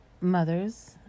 Mothers